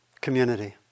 community